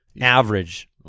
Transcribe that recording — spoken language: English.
average